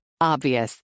Obvious